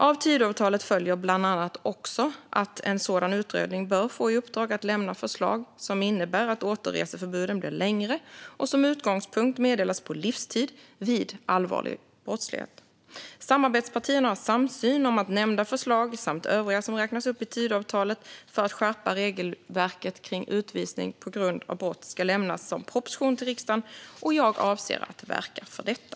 Av Tidöavtalet följer bland annat också att en sådan utredning bör få i uppdrag att lämna förslag som innebär att återreseförbuden blir längre och som utgångspunkt meddelas på livstid vid allvarlig brottslighet. Samarbetspartierna har samsyn om att nämnda förslag samt övriga som räknas upp i Tidöavtalet för att skärpa regelverket för utvisning på grund av brott ska lämnas som proposition till riksdagen, och jag avser att verka för detta.